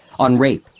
on rape,